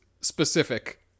specific